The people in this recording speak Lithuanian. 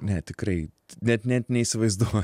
ne tikrai net net neįsivaizduo